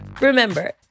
Remember